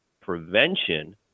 prevention